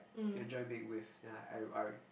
enjoy being with then like I~ I~